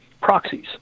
proxies